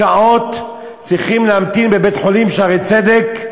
שעות צריכים להמתין בבית-חולים "שערי צדק",